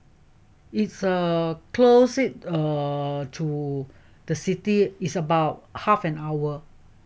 it is err close it err to the city is about half an hour